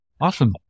awesome